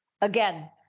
again